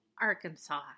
Arkansas